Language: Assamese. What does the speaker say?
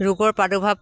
ৰোগৰ প্ৰাদুৰ্ভাৱ